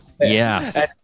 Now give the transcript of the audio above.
Yes